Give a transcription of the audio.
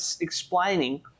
explaining